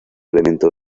elemento